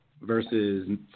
versus